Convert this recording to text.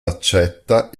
accetta